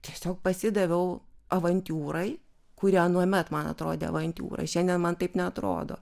tiesiog pasidaviau avantiūrai kuri anuomet man atrodė avantiūra šiandien man taip neatrodo